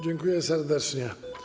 Dziękuję serdecznie.